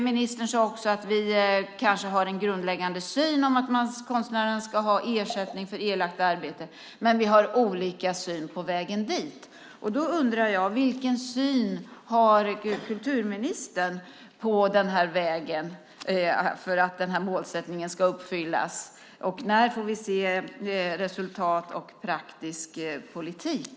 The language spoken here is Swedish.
Ministern sade att vi kanske har samma grundläggande syn om att konstnären ska ha ersättning för nedlagt arbete men att vi har olika syn på vägen dit. Då undrar jag: Vilken syn har kulturministern på vägen mot att målsättningen ska uppfyllas? När får vi se resultat och praktisk politik?